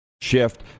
shift